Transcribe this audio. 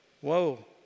whoa